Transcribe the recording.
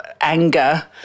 anger